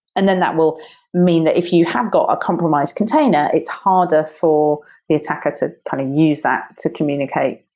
and then that will mean that if you have got a compromised container it's harder for the attacker to kind of use that to communicate.